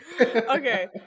Okay